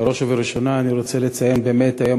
בראש ובראשונה אני רוצה לציין באמת את היום